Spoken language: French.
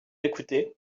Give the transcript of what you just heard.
écouter